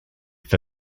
for